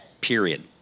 period